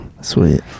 Sweet